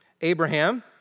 Abraham